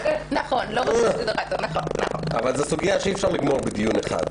זה סוגיה שאי אפשר לגמור בדיון אחד.